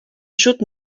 should